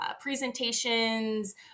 Presentations